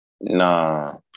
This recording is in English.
Nah